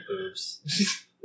boobs